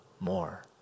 more